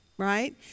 right